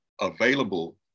available